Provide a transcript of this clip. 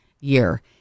year